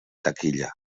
taquilla